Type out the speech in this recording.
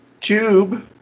tube